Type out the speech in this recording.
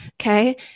okay